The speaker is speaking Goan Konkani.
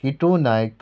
हितू नायक